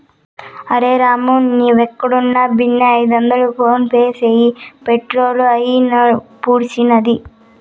అరె రామూ, నీవేడున్నా బిన్నే ఐదొందలు ఫోన్పే చేయి, పెట్రోలు అయిపూడ్సినాది